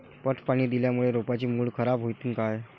पट पाणी दिल्यामूळे रोपाची मुळ खराब होतीन काय?